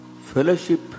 Fellowship